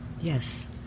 Yes